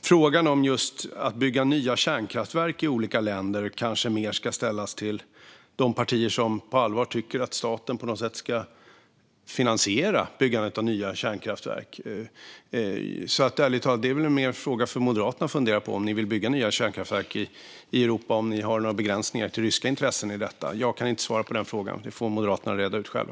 Frågan om just nya kärnkraftverk i olika länder kanske mer ska ställas till de partier som på allvar tycker att staten ska finansiera byggandet av nya kärnkraftverk. Ärligt talat är det väl mer en fråga för Moderaterna att fundera på. Om ni vill bygga nya kärnkraftverk i Europa, har ni då några begränsningar för ryska intressen i detta? Jag kan inte svara på den frågan, utan det får Moderaterna reda ut själva.